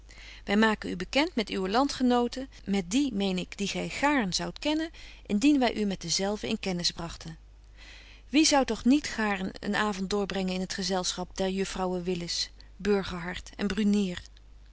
wy maken u bekent met uwe landgenoten met die meen ik die gy gaarn zoudt kennen indien wy u met dezelven in kennis bragten wie zou toch niet gaarn een avond doorbrengen in het gezelschap der juffrouwen willis